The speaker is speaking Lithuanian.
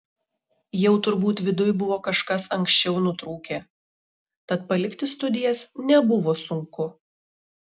jau turbūt viduj buvo kažkas anksčiau nutrūkę tad palikti studijas nebuvo sunku